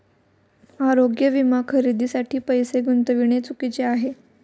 आरोग्य विमा खरेदीसाठी पैसे गुंतविणे चुकीचे नाही